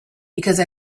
because